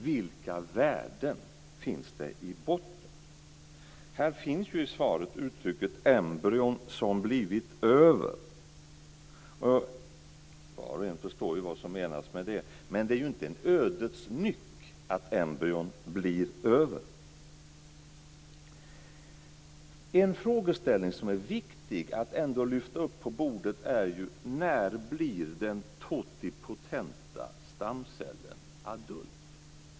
Vilka värden finns det i botten? I svaret finns uttrycket "embryon som 'blivit över'". Var och en förstår vad som menas med det. Men det är inte en ödets nyck att embryon blir över. En frågeställning som är viktig att ändå lyfta upp på bordet är ju när den totipotenta stamcellen blir adult.